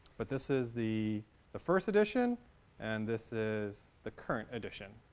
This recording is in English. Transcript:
but this is the the first edition and this is the current edition